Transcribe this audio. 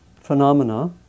phenomena